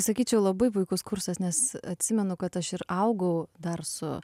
sakyčiau labai puikus kursas nes atsimenu kad aš ir augau dar su